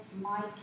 Mike